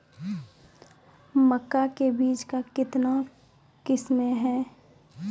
मक्का के बीज का कितने किसमें हैं?